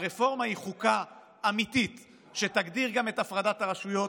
הרפורמה היא חוקה אמיתית שתגדיר גם את הפרדת הרשויות,